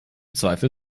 zweifel